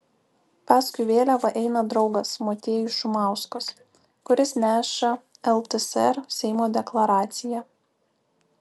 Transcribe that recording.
paskui vėliavą eina draugas motiejus šumauskas kuris neša ltsr seimo deklaraciją